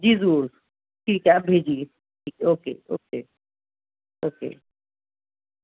جی ضرور ٹھیک ہے آپ بھیجیے ٹھیک ہے اوکے اوکے اوکے